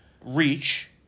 reach